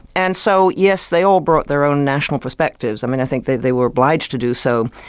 and so yes, they all brought their own national perspectives. i mean i think they they were obliged to do so.